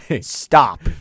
stop